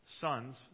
sons